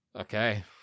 Okay